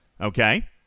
Okay